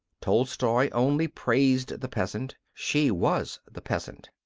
tolstoy only praised the peasant she was the peasant.